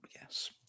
yes